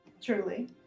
Truly